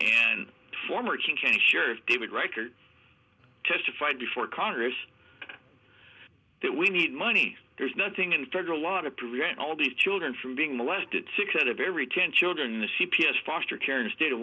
and former king county sheriff david records testified before congress that we need money there's nothing in federal law to prevent all these children from being molested six out of every ten children in the c p s foster care and state of